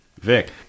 Vic